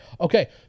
okay